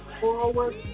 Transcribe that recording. Forward